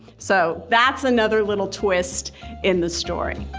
so that's another little twist in the story